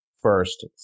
first